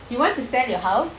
you want to sell your house